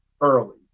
early